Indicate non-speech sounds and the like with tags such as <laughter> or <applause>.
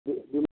<unintelligible>